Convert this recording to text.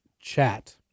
chat